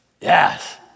Yes